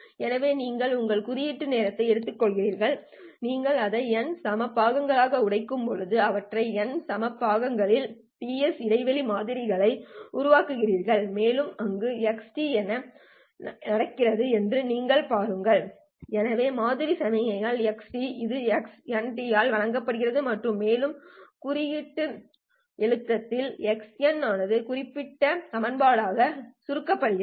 எனவே நீங்கள் உங்கள் குறியீட்டு நேரத்தை எடுத்துக்கொள்கிறீர்கள் நீங்கள் அதை n சம பாகங்களாக உடைக்கும்போது அவற்றை n சம பாகங்களாக உடைக்கும்போது நீங்கள் Ts இடைவெளி மாதிரிகளை உருவாக்குகிறீர்கள் மேலும் அங்கு x என்ன நடக்கிறது என்று நீங்கள் பார்க்கிறீர்கள் எனவே மாதிரி சமிக்ஞைகள் x இது x nT கள் ஆல் வழங்கப்படுகிறது மற்றும் மேலும் குறியீட்டு எழுத்தில் x k 0N 1Xkej2πkn N என சுருக்கப்படுகிறது